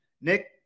Nick